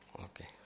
okay